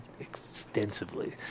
extensively